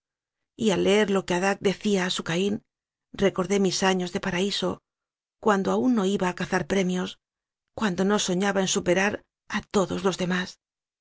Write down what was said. al leer lo que adah decía a su caín recordé mis años de paraíso cuando aun no iba a cazar premios cuando no soñaba en superar a todos los demás